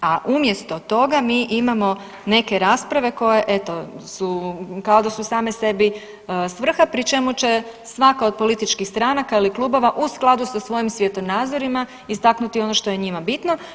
A umjesto toga mi imamo neke rasprave koje eto su kao da su same sebi svrha pri čemu će svaka od političkih stranaka ili klubova u skladu sa svojim svjetonazorima istaknuti ono što je njima bitno.